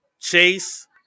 Chase